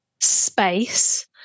space